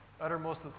uttermost